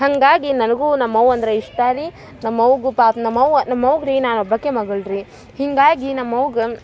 ಹಾಗಾಗಿ ನನಗೂ ನಮ್ಮವ್ವ ಅಂದ್ರ ಇಷ್ಟ ರೀ ನಮ್ಮವ್ಗು ಪಾಪ ನಮ್ಮವ್ವ ನಮ್ಮವ್ಗ ರೀ ನಾನು ಒಬ್ಬಾಕೆ ಮಗಳು ರೀ ಹೀಗಾಗಿ ನಮ್ಮ ವ್ಗ